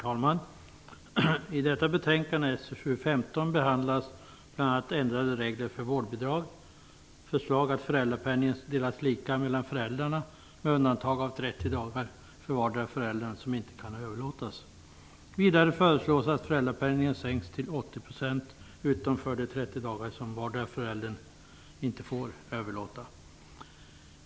Herr talman! I betänkande SfU15 behandlas bl.a. ändrade regler för vårdbidrag, förslag att föräldrapenningen skall delas lika mellan föräldrarna med undantag av 30 dagar för vardera föräldern som inte kan överlåtas. Vidare föreslås det att ersättningsnivån för föräldrapenningen sänks till 80 % utom för de 30 dagar som vardera föräldern inte får överlåta.